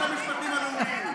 במשפטים הלאומיים.